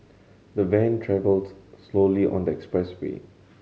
the van travelled slowly on the expressway